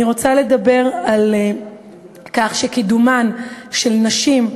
אני רוצה לדבר על כך שקידומן של נשים,